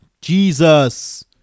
Jesus